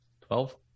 Twelve